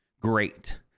great